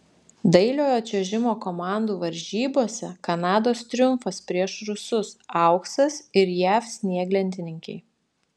dailiojo čiuožimo komandų varžybose kanados triumfas prieš rusus auksas ir jav snieglentininkei